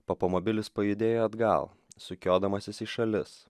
papamobilis pajudėjo atgal sukiodamasis į šalis